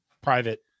private